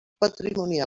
patrimonials